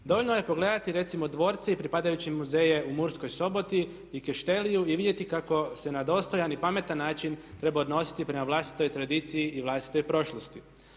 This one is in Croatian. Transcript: Dovoljno je pogledati recimo dvorce i pripadajuće muzeje u Murskoj Soboti i …/Ne razumije se./… i vidjeti kako se na dostojan i pametan način treba odnositi prema vlastitoj tradiciji i vlastitoj prošlosti.